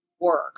work